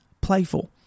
playful